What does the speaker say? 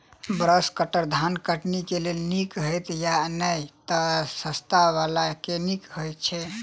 Brush cutter धान कटनी केँ लेल नीक हएत या नै तऽ सस्ता वला केँ नीक हय छै?